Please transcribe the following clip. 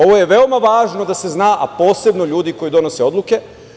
Ovo je veoma važno da se zna, a posebno ljudi koji donose odluke.